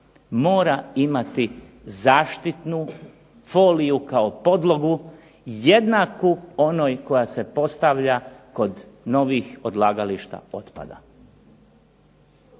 mora imati zaštitnu foliju kao podlogu jednaku onoj koja se postavlja kod novih odlagališta otpada.